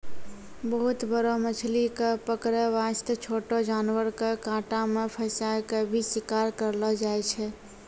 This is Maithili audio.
बहुत बड़ो मछली कॅ पकड़ै वास्तॅ छोटो जानवर के कांटा मॅ फंसाय क भी शिकार करलो जाय छै